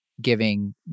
giving